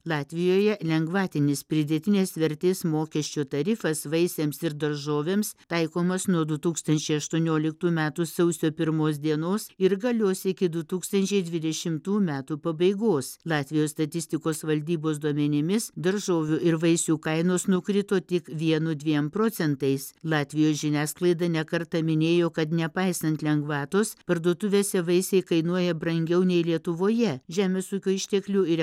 latvijoje lengvatinis pridėtinės vertės mokesčio tarifas vaisiams ir daržovėms taikomas nuo du tūkstančiai aštuonioliktų metų sausio pirmos dienos ir galios iki du tūkstančiai dvidešimtų metų pabaigos latvijos statistikos valdybos duomenimis daržovių ir vaisių kainos nukrito tik vienu dviem procentais latvijos žiniasklaida ne kartą minėjo kad nepaisant lengvatos parduotuvėse vaisiai kainuoja brangiau nei lietuvoje žemės ūkio išteklių ir